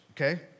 okay